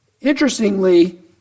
Interestingly